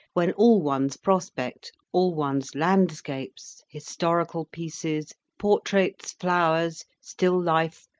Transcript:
when all one's prospect, all one's landscapes, historical pieces, portraits, flowers, still life,